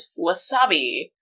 wasabi